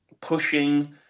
pushing